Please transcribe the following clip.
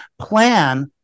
plan